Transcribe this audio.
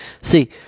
see